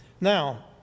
Now